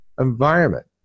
environment